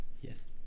yes